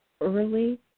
early